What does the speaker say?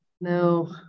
No